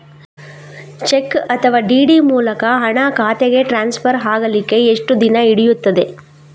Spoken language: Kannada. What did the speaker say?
ಚೆಕ್ ಅಥವಾ ಡಿ.ಡಿ ಮೂಲಕ ಹಣ ಖಾತೆಗೆ ಟ್ರಾನ್ಸ್ಫರ್ ಆಗಲಿಕ್ಕೆ ಎಷ್ಟು ದಿನ ಹಿಡಿಯುತ್ತದೆ?